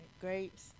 Grapes